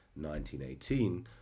1918